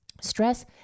Stress